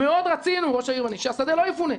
מאוד רצינו, ראש העיר ואני, שהשדה לא יפונה.